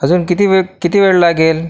अजून किती वेक किती वेळ लागेल